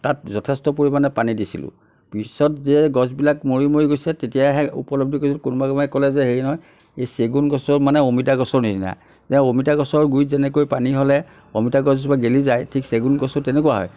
তাত যথেষ্ট পৰিমাণে পানী দিছিলোঁ পিছত যে গছবিলাক মৰি মৰি গৈছে তেতিয়াহে উপলব্ধি কৰিছোঁ কোনোবাই কোনোবাই ক'লে যে হেৰি নহয় এই চেগুন গছ মানে অমিতা গছৰ নিচিনা যে অমিতা গছৰ গুৰিত যেনেকৈ পানী হ'লে অমিতা গছজোপা গেলি যায় ঠিক চেগুন গছো তেনেকুৱাই হয়